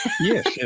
Yes